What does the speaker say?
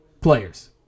players